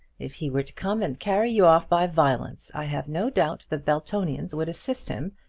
if he were to come and carry you off by violence, i have no doubt the beltonians would assist him,